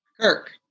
Kirk